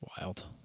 Wild